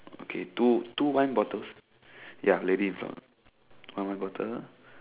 okay two two wine bottles ya lady in front one wine bottle